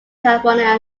california